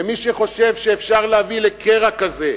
ומי שחושב שאפשר להביא לקרע כזה,